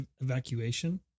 Evacuation